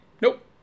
nope